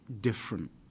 different